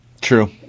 True